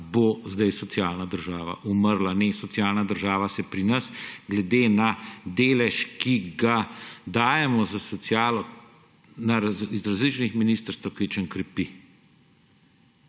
bo zdaj socialna država umrla. Ne, socialna država se pri nas glede na delež, ki ga dajemo za socialo iz različnih ministrstev, kvečjemu krepi.